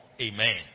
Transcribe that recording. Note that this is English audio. Amen